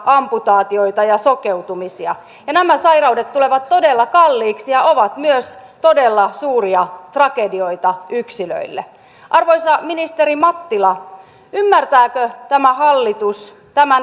amputaatioita ja sokeutumisia ja nämä sairaudet tulevat todella kalliiksi ja ovat myös todella suuria tragedioita yksilöille arvoisa ministeri mattila ymmärtääkö tämä hallitus tämän